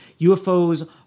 UFOs